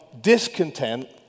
discontent